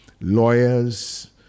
lawyers